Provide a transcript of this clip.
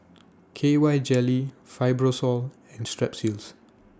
K Y Jelly Fibrosol and Strepsils